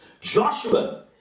Joshua